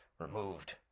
removed